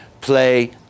play